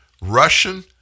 Russian